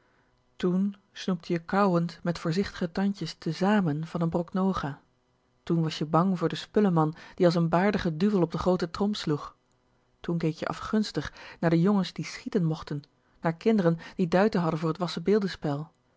snoepte je kauwend met voorzichtige tandjes tezamen van n brok nougat toen was je bang voor den spulleman die als n baar duvel op de groote trom sloeg toen keek je afgunstig naar de dige jongens die schièten mochten naar kinderen die duiten hadden voor t wassebeeldenspel